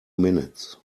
minutes